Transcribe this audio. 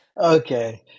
okay